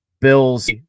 Bills